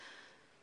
בבקשה.